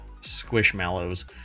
Squishmallows